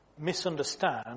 misunderstand